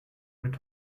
mit